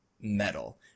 metal